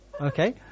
okay